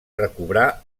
recobrar